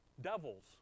devils